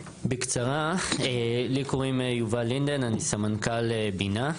בקצרה, לי קוראים יובל לינדן, אני סמנכ"ל בינה,